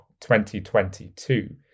2022